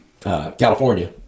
California